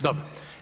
Dobro.